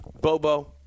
Bobo